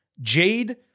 Jade